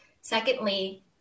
Secondly